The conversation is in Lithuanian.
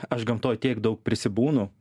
aš gamtoj tiek daug prisibūnu